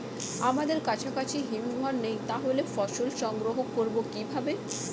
আমাদের কাছাকাছি হিমঘর নেই তাহলে ফসল সংগ্রহ করবো কিভাবে?